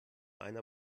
einer